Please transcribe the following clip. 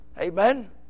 Amen